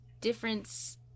difference